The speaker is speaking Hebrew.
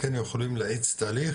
כן יכולים להאיץ תהליך